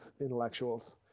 intellectuals